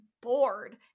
bored